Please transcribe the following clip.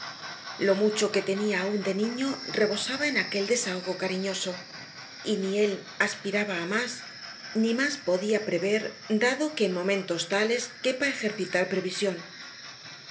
lo mucho que tenía aún de niño rebosaba en aquel desahogo cariñoso y ni él aspiraba á más ni más podía prever dado que en momentos tales quepa ejercitar previsión